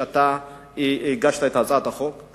על כך שהגשת את הצעת החוק.